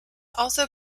also